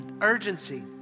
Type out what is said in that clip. urgency